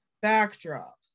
backdrop